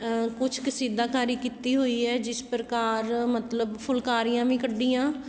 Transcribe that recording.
ਕੁਛ ਕਸੀਦਾਕਾਰੀ ਕੀਤੀ ਹੋਈ ਹੈ ਜਿਸ ਪ੍ਰਕਾਰ ਮਤਲਬ ਫੁਲਕਾਰੀਆਂ ਵੀ ਕੱਢੀਆਂ